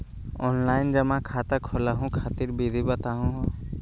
Online जमा खाता खोलहु खातिर विधि बताहु हो?